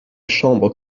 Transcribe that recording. chambre